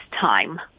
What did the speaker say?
time